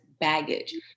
baggage